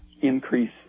increase